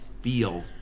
feel